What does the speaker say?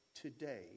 today